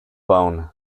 bone